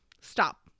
stop